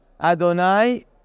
Adonai